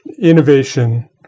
innovation